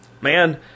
Man